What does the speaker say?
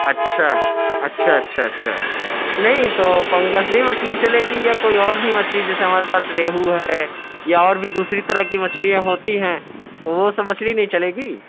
اچھا اچھا اچھا اچھا نہیں تو پنگس ہی مچھلی چلے گی یا کوئی اور بھی مچھلی جیسے ہمارے پاس ریہو ہے یا اور بھی دوسری طرح کی مچھلیاں ہوتی ہیں وہ سب مچھلی نہیں چلے گی